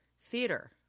Theater